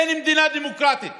אין מדינה דמוקרטית